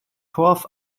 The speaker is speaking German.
torf